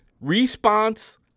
response